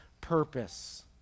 purpose